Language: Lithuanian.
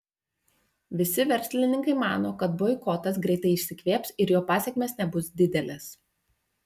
visi verslininkai mano kad boikotas greitai išsikvėps ir jo pasekmės nebus didelės